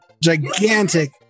gigantic